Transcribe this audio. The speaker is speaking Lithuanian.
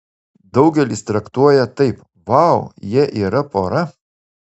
daugelis traktuoja taip vau jie yra pora